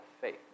faith